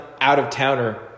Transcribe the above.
out-of-towner